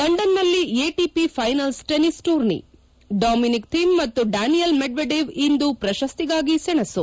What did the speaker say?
ಲಂಡನ್ನಲ್ಲಿ ATP finals tennis tourney Dominic Thiem ಮತ್ತು Daniil Medvedev ಇಂದು ಪ್ರಶಸ್ತಿಗಾಗಿ ಸೆಣಸು